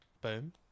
Boom